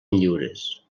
lliures